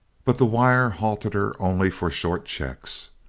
but the wire halted her only for short checks.